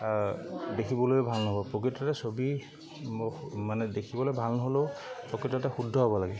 দেখিবলৈ ভাল নহ'ব প্ৰকৃততে ছবি মানে দেখিবলৈ ভাল নহ'লেও প্ৰকৃততে শুদ্ধ হ'ব লাগে